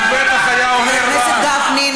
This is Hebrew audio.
חבר הכנסת גפני,